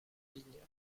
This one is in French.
ligne